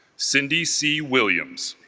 cindy c. williams